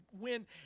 win